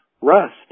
rust